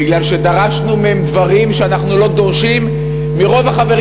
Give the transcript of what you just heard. בגלל שדרשנו מהם דברים שאנחנו לא דורשים מרוב החברים